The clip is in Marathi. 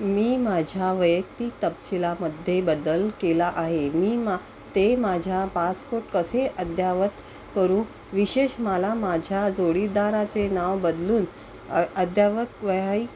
मी माझ्या वैयक्तिक तपशीलामध्ये बदल केला आहे मी मा ते माझ्या पासपोर्ट कसे अद्ययावत करू विशेष मला माझ्या जोडीदाराचे नाव बदलून अ अद्ययावत वैहायिक